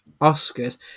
Oscars